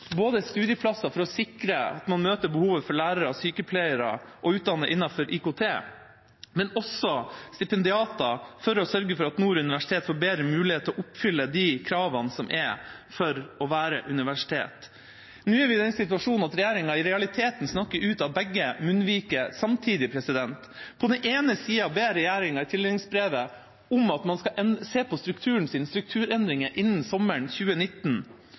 både studieplasser, for å sikre at man møter behovet for lærere og sykepleiere, og at man utdanner folk innenfor IKT, og stipendiater, for å sørge for at Nord universitet får bedre mulighet til å oppfylle de kravene som er for å kunne være et universitet. Nå er vi i den situasjonen at regjeringa i realiteten snakker ut av begge munnviker samtidig. På den ene sida ber regjeringa i tildelingsbrevet om at man skal se på strukturen sin – strukturendringer – innen sommeren 2019.